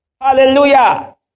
Hallelujah